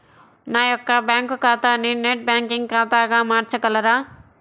నా యొక్క బ్యాంకు ఖాతాని నెట్ బ్యాంకింగ్ ఖాతాగా మార్చగలరా?